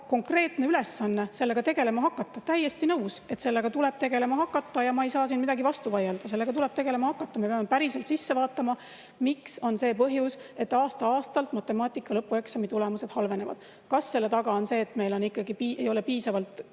konkreetne ülesanne sellega tegelema hakata. Täiesti nõus, et sellega tuleb tegelema hakata, ja ma ei saa siin vastu vaielda. Sellega tuleb tegelema hakata. Me peame päriselt sisse vaatama, mis on see põhjus, et aasta‑aastalt matemaatika lõpueksami tulemused halvenevad. Kas selle taga on see, et meil ei ole piisavalt